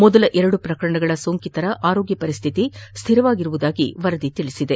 ಮೊದಲ ಎರಡು ಪ್ರಕರಣಗಳ ಸೋಂಕಿತರ ಆರೋಗ್ಯ ಪರಿಸ್ಥಿತಿ ಸ್ಥಿರವಾಗಿದೆ ಎಂದು ವರದಿಯಾಗಿದೆ